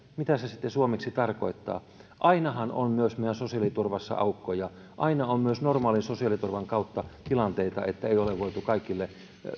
mitä se sitten suomeksi tarkoittaa ainahan on myös meidän sosiaaliturvassamme aukkoja aina on myös normaalin sosiaaliturvan kautta tilanteita että ei ole voitu kaikille